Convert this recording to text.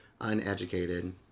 uneducated